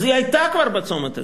אז היא היתה כבר בצומת הזה,